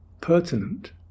pertinent